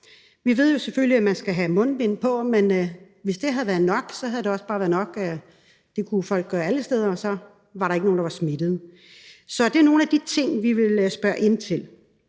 Vi ved jo selvfølgelig, at man skal have mundbind på, men hvis det havde været nok, havde man også bare kunnet sige, at det kunne folk gøre alle steder, og så var der ikke nogen, der blev smittet. Så det er nogle af de ting, vi vil spørge ind til.